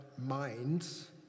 minds